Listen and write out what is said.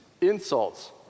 insults